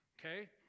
Okay